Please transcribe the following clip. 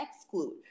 exclude